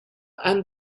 and